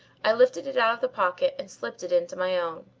i lifted it out of the pocket and slipped it into my own.